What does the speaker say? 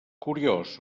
curiós